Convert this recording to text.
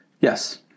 Yes